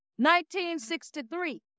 1963